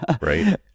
right